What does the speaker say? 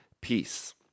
peace